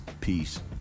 Peace